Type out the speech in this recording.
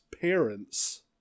parents